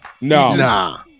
No